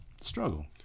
struggle